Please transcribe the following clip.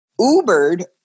Ubered